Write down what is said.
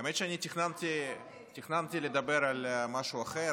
האמת שאני תכננתי לדבר על משהו אחר,